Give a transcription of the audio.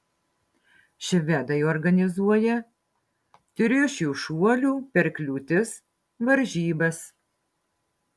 švedai organizuoja triušių šuolių per kliūtis varžybas